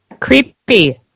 creepy